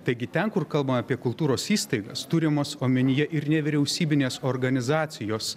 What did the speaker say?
taigi ten kur kalbama apie kultūros įstaigas turimos omenyje ir nevyriausybinės organizacijos